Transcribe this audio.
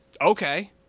Okay